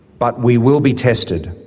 but we will be tested.